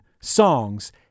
songs